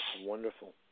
Wonderful